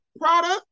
product